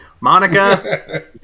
Monica